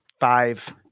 five